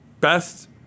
best